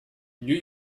new